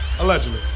Allegedly